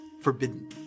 forbidden